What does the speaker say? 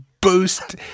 boost